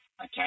okay